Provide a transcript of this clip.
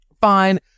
fine